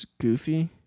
Goofy